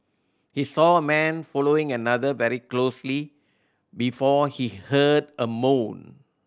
he saw a man following another very closely before he heard a moan